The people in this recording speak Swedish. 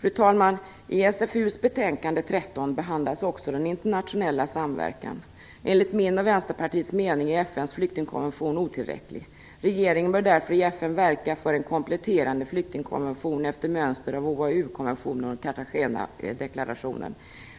Fru talman! I SfU:s betänkande 13 behandlas också den internationella samverkan. Enligt min och Vänsterpartiets mening är FN:s flyktingkonvention otillräcklig. Regeringen bör därför i FN verka för en kompletterande flyktingkonvention efter mönster av OAU-konventionen och Cartagenadeklarationen.